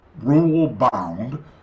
rule-bound